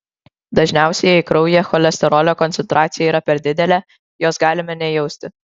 dažniausiai jei kraujyje cholesterolio koncentracija yra per didelė jos galime nejausti